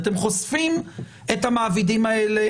אתם אולי חושפים את המעבידים האלה,